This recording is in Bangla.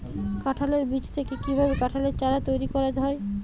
কাঁঠালের বীজ থেকে কীভাবে কাঁঠালের চারা তৈরি করা হয়?